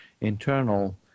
internal